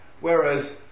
Whereas